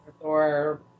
Thor